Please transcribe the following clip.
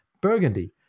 Burgundy